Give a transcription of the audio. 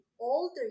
older